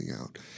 out